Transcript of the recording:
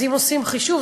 אז אם עושים חישוב,